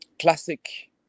classic